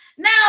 Now